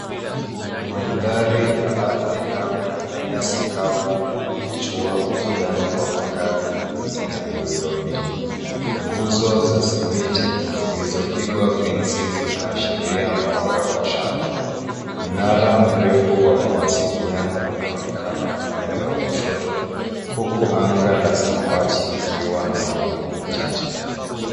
Mandhari ya ardhi kame na nyasi kavu yamefichua ujirani wa makazi na miundombinu. Nguzo za simiti zilizopigwa fensi zinaashiria mpaka wa shamba. Mnara mrefu wa mawasiliano unaonekana upande wa kushoto, huku anga la samawati likiwa na mawingu machache.